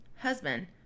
husband